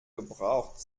gebraucht